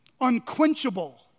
unquenchable